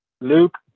Luke